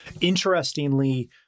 interestingly